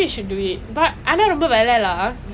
you know you can buy the penguin stand right